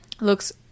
looks